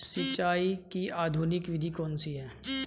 सिंचाई की आधुनिक विधि कौन सी है?